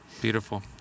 Beautiful